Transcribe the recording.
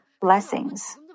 blessings